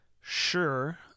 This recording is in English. Sure